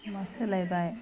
उनाव सोलायबाइ